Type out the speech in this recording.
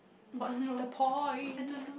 what's the point